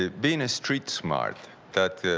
ah being a street smart, that the